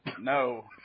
No